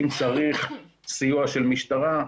אם צריך סיוע של משטרה,